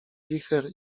wicher